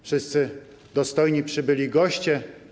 Wszyscy Dostojni Przybyli Goście!